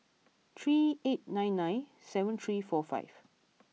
three eight nine nine seven three four five